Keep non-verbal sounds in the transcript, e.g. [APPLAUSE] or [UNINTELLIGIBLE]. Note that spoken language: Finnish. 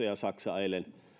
[UNINTELLIGIBLE] ja saksa eilen